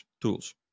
tools